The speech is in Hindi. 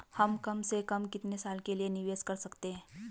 हम कम से कम कितने साल के लिए निवेश कर सकते हैं?